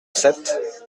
sept